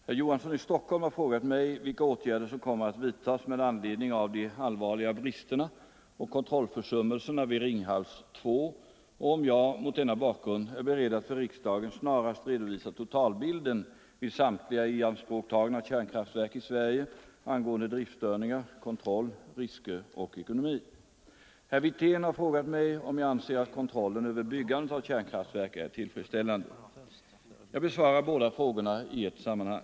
Herr talman! Herr Johansson i Stockholm har frågat mig vilka åtgärder som kommer att vidtas med anledning av de allvarliga bristerna och kontrollförsummelserna vid Ringhals II och om jag — mot denna bakgrund — är beredd att för riksdagen snarast redovisa totalbilden vid samtliga ianspråktagna kärnkraftverk i Sverige angående driftstörningar, kontroll, risker och ekonomi. Herr Wirtén har frågat mig om jag anser att kontrollen över byggandet av kärnkraftverk är tillfredsställande. Jag besvarar båda frågorna i ett sammanhang.